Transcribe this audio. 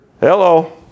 Hello